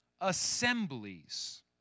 assemblies